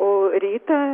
o rytą